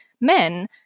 men